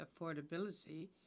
affordability